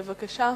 בבקשה.